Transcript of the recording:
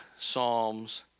Psalms